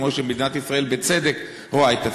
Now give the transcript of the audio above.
כמו שמדינת ישראל בצדק רואה את עצמה.